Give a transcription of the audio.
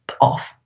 off